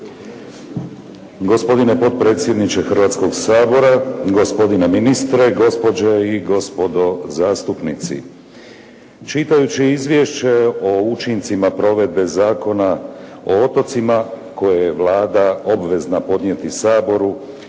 Gospodine potpredsjedniče Hrvatskog sabora, gospodine ministre, gospođe i gospodo zastupnici. Čitajući Izvješće o učincima provedbe Zakona o otocima koje je Vlada obvezna podnijeti Saboru